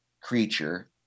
creature